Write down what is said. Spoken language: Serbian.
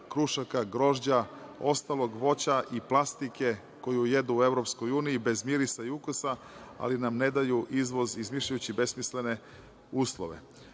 krušaka, grožđa, i ostalog voća i plastike koju jedu u EU bez mirisa i ukusa, ali nam ne daju izvoz izmišljajući besmislene uslove. Naš